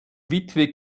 witwe